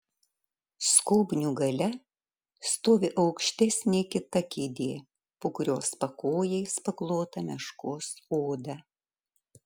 skobnių gale stovi aukštesnė kita kėdė po kurios pakojais paklota meškos oda